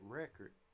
record